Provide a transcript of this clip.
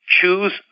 choose